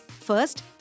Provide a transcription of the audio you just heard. First